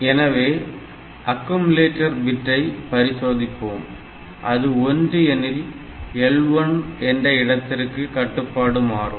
எனவே அக்குமுலேட்டர் பிட்டை பரிசோதிப்போம் அது1 எனில் L1 என்ற இடத்திற்கு கட்டுப்பாடு மாறும்